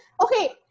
okay